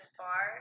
far